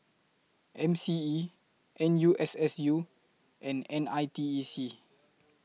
M C E N U S S U and N I T E C